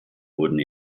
wurden